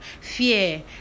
Fear